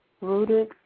rooted